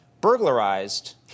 burglarized